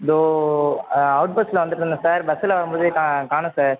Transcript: இது அவுட் பஸ்ஸில் வந்துட்டுருந்தேன் சார் பஸ்ஸில் வரும்போது காணோம் சார்